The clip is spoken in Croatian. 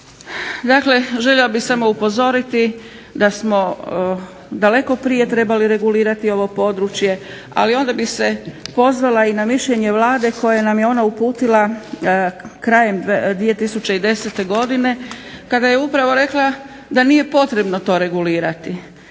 Dakle, željela bih samo upozoriti da smo daleko prije trebali regulirati ovo područje, ali onda bi se pozvala i na mišljenje Vlade koje nam je ona uputila krajem 2010. godine, kada je upravo rekla da nije potrebno to regulirati.